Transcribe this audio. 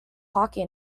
hockey